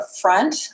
front